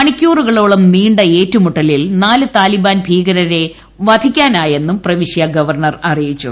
മണിക്കൂറുകളോളം നീ ഏറ്റുമുട്ടലിൽ നാല് താലിബാൻ ഭീകരരെ വധിക്കാനായെന്നും പ്രവിശ്യ ഗവർണ്ണർ അറിയിച്ചു